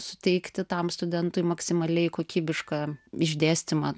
suteikti tam studentui maksimaliai kokybišką išdėstymą